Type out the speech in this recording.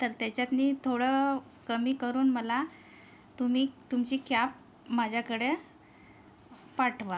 तर त्याच्यातनं थोडं कमी करून मला तुम्ही तुमची कॅब माझ्याकडे पाठवा